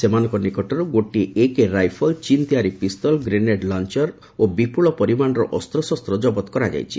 ସେମାନଙ୍କ ନିକଟରୁ ଗୋଟିଏ ଏକେ ରାଇଫଲ୍ ଚୀନ ତିଆରି ପିସ୍ତଲ ଗ୍ରେନେଡ୍ ଲଞ୍ଚର ଏବଂ ବିପୁଳ ପରିମାଣର ଅସ୍ତ୍ରଶସ୍ତ କରାଯାଇଛି